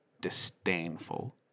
disdainful